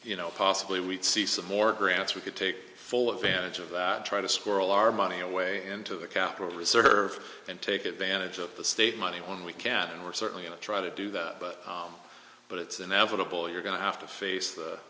you know possibly we'd see some more grants we could take full advantage of that try to squirrel our money away into the capital reserve and take advantage of the state money when we can and we're certainly going to try to do that but it's inevitable you're going to have to face the